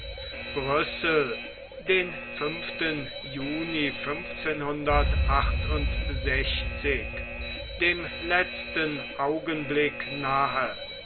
den juni dem letzten augenblick nahe